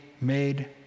made